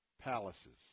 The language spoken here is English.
palaces